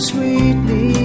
Sweetly